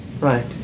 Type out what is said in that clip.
Right